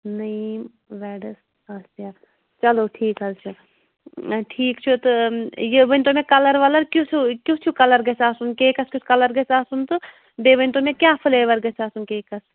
نٔعیٖم ویڈَس آصِیا چلو ٹھیٖک حظ چھُ ٹھیٖک چھُ تہٕ یہِ ؤنۍتو مےٚ کَلَر وَلَر کیُتھ ہیٛوٗ کیُتھ ہیٛوٗ کَلَر گَژھِ آسُن کیکَس کیُتھ کَلَر گژھِ آسُن تہٕ بیٚیہِ ؤنۍتو مےٚ کیٛاہ فُلیوَر گژھِ آسُن کیکَس